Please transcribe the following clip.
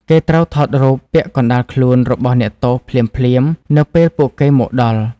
គេត្រូវថតរូបពាក់កណ្ដាលខ្លួនរបស់អ្នកទោសភ្លាមៗនៅពេលពួកគេមកដល់។